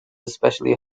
especially